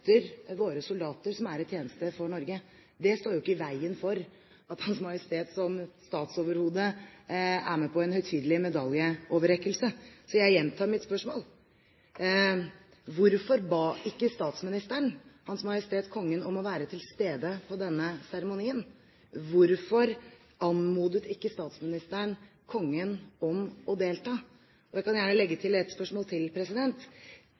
Hans Majestet som statsoverhode er med på en høytidelig medaljeoverrekkelse. Så jeg gjentar mitt spørsmål: Hvorfor ba ikke statsministeren Hans Majestet Kongen om å være til stede ved denne seremonien? Hvorfor anmodet ikke statsministeren kongen om å delta? Jeg kan gjerne legge til et spørsmål til: